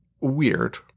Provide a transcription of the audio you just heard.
weird